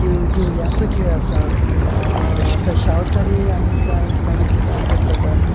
दिव दिवल्यांचो खेळ आसा दशवतारी आमी काय ठिकाणी आमी नाटक करतात